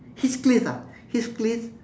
heath cliff ah heath cliff